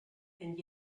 and